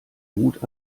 mut